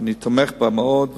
שאני תומך בה מאוד,